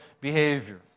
behavior